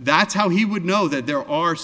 that's how he would know that there are